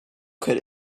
could